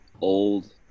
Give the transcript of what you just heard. old